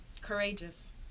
courageous